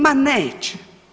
Ma neće.